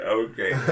okay